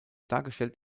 dargestellt